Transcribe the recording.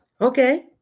Okay